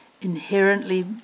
inherently